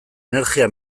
energia